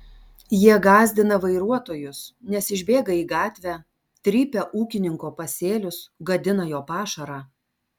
jie gąsdina vairuotojus nes išbėga į gatvę trypia ūkininko pasėlius gadina jo pašarą